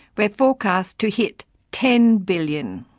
we are forecast to hit ten billion.